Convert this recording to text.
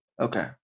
Okay